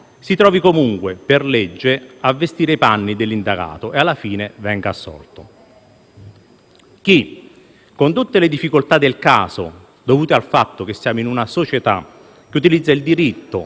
si trovi comunque per legge a vestire i panni dell'indagato e alla fine venga assolto. Chi, con tutte le difficoltà del caso, dovute al fatto che siamo in una società che utilizza il diritto